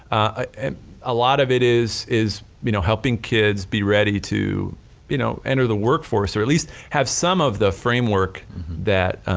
a a lot of it is is you know helping kids be ready to you know enter the workforce or at least have some of the framework that,